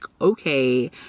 okay